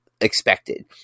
expected